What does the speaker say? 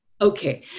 Okay